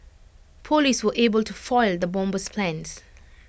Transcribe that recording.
Police were able to foil the bomber's plans